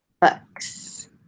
Books